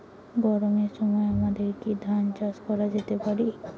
গরমের সময় আমাদের কি ধান চাষ করা যেতে পারি?